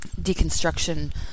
Deconstruction